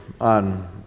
on